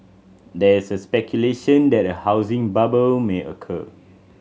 there is a speculation that a housing bubble may occur